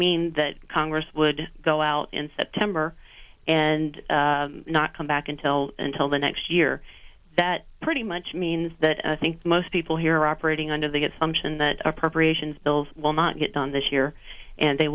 mean that congress would go out in september and not come back until until the next year that pretty much means that i think most people here are operating under the get something that appropriations bills will not get done this year and they